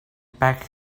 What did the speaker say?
packed